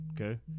okay